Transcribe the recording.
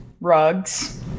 Rugs